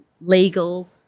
legal